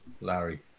Larry